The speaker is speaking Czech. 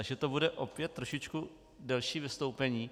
Takže to bude opět trošičku delší vystoupení.